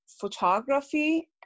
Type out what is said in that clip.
photography